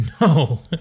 no